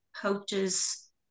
coaches